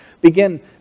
begin